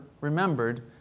remembered